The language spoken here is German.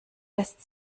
lässt